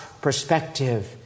perspective